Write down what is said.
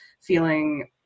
feeling